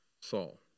Saul